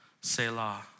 Selah